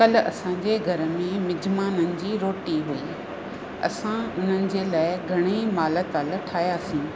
काल्ह असांजे घर में मुंहिंजे महिमाननि जी रोटी हुई असां उन्हनि जे लाइ घणेई माल ताल ठाहियासीं